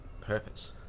purpose